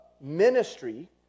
ministry